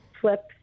flip